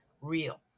real